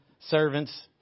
servants